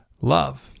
love